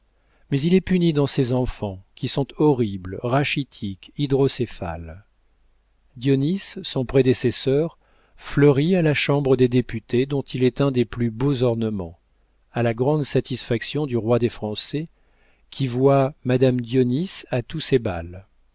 mais il est puni dans ses enfants qui sont horribles rachitiques hydrocéphales dionis son prédécesseur fleurit à la chambre des députés dont il est un des plus beaux ornements à la grande satisfaction du roi des français qui voit madame dionis à tous ses bals